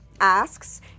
asks